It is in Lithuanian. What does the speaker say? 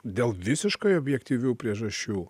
dėl visiškai objektyvių priežasčių